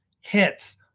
hits